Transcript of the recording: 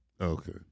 Okay